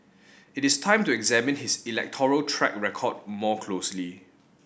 it is time to examine his electoral track record more closely